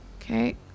Okay